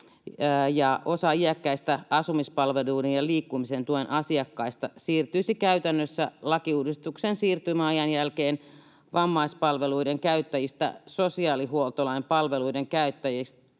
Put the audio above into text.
Osa iäkkäistä asumispalveluiden ja liikkumisen tuen asiakkaista siirtyisi käytännössä lakiuudistuksen siirtymäajan jälkeen vammaispalveluiden käyttäjistä sosiaalihuoltolain palveluiden käyttäjiksi,